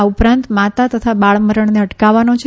આ ઉપરાંત માતા તથા બાળમરણને અટકાવવાનો છે